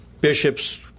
bishops